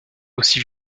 aussi